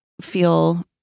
feel